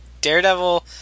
Daredevil